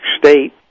State